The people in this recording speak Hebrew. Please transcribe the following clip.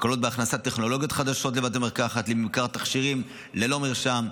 הקלות בהכנסת טכנולוגיות חדשות לבתי מרקחת לממכר תכשירים ללא מרשם.